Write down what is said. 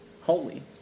holy